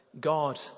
God